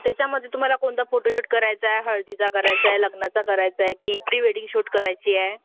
त्याच्यामध्ये तुम्हाला कोणता फोटोशूट करायचा आहे हळदीचा करायचा आहे लग्नाचा करायचा आहे की प्री वेडिंग शूट करायची आहे